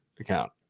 account